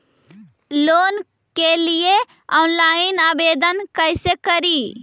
Loan के लिये online आवेदन कैसे करि?